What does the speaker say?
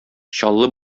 чаллы